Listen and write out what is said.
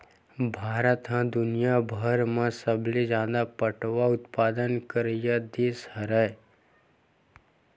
भारत ह दुनियाभर म सबले जादा पटवा उत्पादन करइया देस हरय